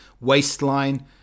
waistline